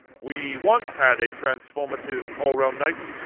we once had a transformative, all-realm knight,